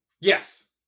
Yes